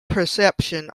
perception